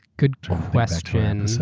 good question. so